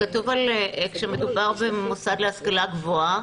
כשמדובר במוסד להשכלה הגבוהה,